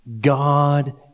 God